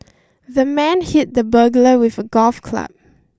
the man hit the burglar with a golf club